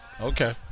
Okay